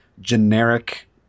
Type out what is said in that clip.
generic